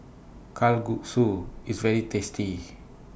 Kalguksu IS very tasty